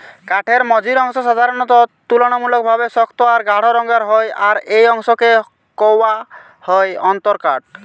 কাঠের মঝির অংশ সাধারণত তুলনামূলকভাবে শক্ত আর গাঢ় রঙের হয় আর এই অংশকে কওয়া হয় অন্তরকাঠ